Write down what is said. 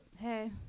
Hey